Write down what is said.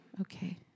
Okay